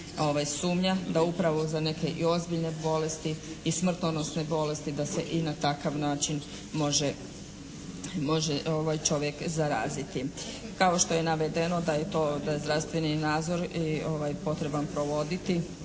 sumnja da upravo za neke ozbiljne bolesti i smrtonosne bolesti da se i na takav način može čovjek zaraziti. Kao što je navedeno da je to, da je zdravstveni nadzor potreban provoditi